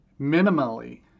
minimally